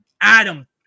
Adam